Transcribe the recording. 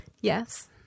Yes